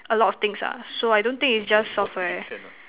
a lot of things ah so I don't think is just software